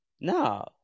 No